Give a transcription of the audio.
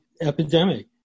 epidemic